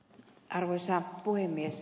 arvoisa puhemies